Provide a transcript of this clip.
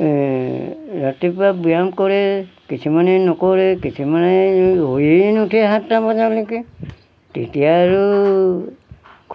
ৰাতিপুৱা ব্যায়াম কৰে কিছুমানে নকৰে কিছুমানে শুৱেই নুঠে সাতটা বজালৈকে তেতিয়া আৰু